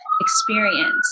experience